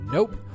Nope